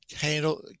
handle